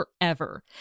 forever